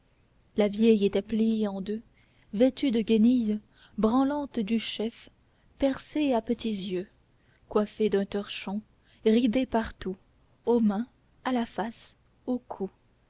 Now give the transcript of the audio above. la vieille était pliée en deux vêtue de guenilles branlante du chef percée à petits yeux coiffée d'un torchon ridée partout aux mains à la face au cou